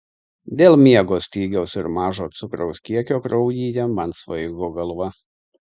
dėl miego stygiaus ir mažo cukraus kiekio kraujyje man svaigo galva